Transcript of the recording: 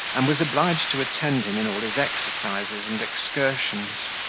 and was obliged to attend him in all his exercises and excursions.